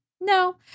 no